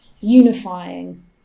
unifying